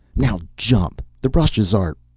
now jump! the rushes are.